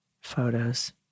photos